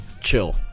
chill